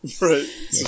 Right